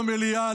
במליאה,